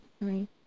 right